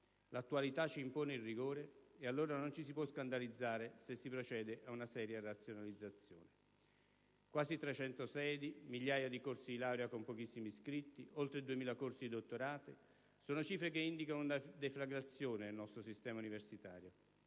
L'attualità ci impone il rigore e allora non ci si può scandalizzare se si procede a una seria razionalizzazione. Quasi 300 sedi, migliaia di corsi di laurea con pochissimi iscritti, oltre 2.000 corsi di dottorato, sono cifre che indicano una deflagrazione del nostro sistema universitario,